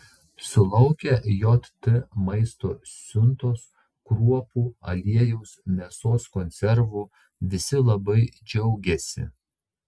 sulaukę jt maisto siuntos kruopų aliejaus mėsos konservų visi labai džiaugiasi